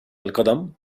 القدم